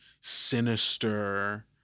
sinister